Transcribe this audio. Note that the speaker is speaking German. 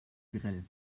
grell